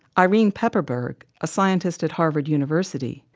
irene pepperberg, a scientist at harvard university,